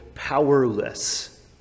powerless